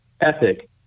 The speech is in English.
ethic